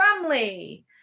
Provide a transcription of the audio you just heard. family